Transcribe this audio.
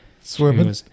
swimming